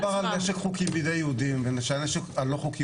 מדובר על נשק חוקי בידי יהודים והנשק הלא חוקי